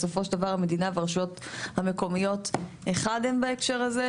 בסופו של דבר המדינה והרשויות המקומיות אחד הם בהקשר הזה.